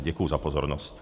Děkuji za pozornost.